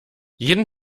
jeden